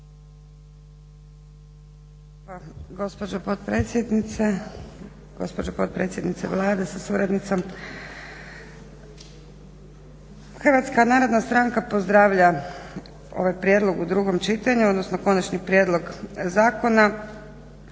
sa suradnicom. HNS pozdravlja ovaj prijedlog u drugom čitanju odnosno konačni prijedlog zakona